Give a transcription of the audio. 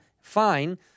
fine